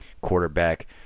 quarterback